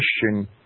Christian